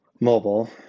mobile